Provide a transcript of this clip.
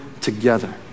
together